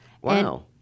Wow